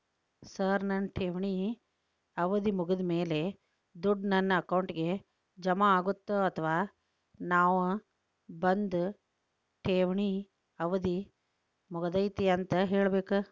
Sir ನನ್ನ ಠೇವಣಿ ಅವಧಿ ಮುಗಿದಮೇಲೆ, ದುಡ್ಡು ನನ್ನ ಅಕೌಂಟ್ಗೆ ಜಮಾ ಆಗುತ್ತ ಅಥವಾ ನಾವ್ ಬಂದು ಠೇವಣಿ ಅವಧಿ ಮುಗದೈತಿ ಅಂತ ಹೇಳಬೇಕ?